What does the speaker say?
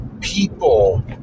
people